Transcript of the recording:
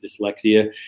dyslexia